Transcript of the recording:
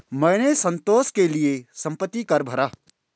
मैंने संतोष के लिए संपत्ति कर भरा